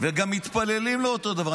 וגם מתפללים לאותו דבר.